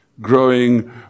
Growing